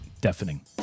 deafening